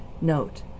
Note